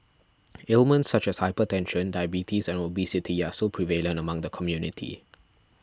ailments such as hypertension diabetes and obesity are still prevalent among the community